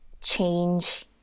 change